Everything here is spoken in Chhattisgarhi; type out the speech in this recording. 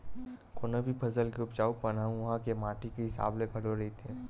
कोनो भी फसल के उपजाउ पन ह उहाँ के माटी के हिसाब ले घलो रहिथे